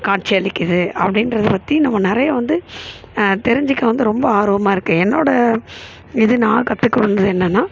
காட்சி அளிக்குது அப்படின்றத பற்றி நம்ம நிறைய வந்து தெரிஞ்சுக்க வந்து ரொம்ப ஆர்வமாக இருக்குது என்னோட இது நான் கற்றுக்க வந்தது என்னென்னா